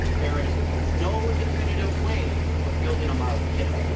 there is no definitive way of building a model kit.